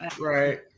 Right